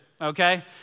okay